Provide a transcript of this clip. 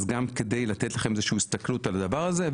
אז גם לתת לכם איזושהי הסתכלות על הדבר הזה.